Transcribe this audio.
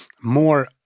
more